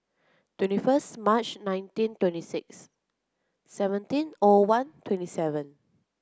twenty fisrst March nineteen twenty six seventeen O one twenty seven